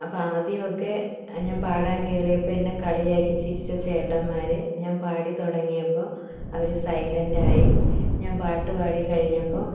അപ്പം ആദ്യമൊക്കെ ഞാൻ പാടാൻ കയറിയപ്പം എന്നെ കളിയാക്കി ചിരിച്ച ചേട്ടന്മാർ ഞാൻ പാടിത്തുടങ്ങിയപ്പോൾ അവർ സൈലൻറ്റായി ഞാൻ പാട്ടുപാടിക്കഴിഞ്ഞപ്പോൾ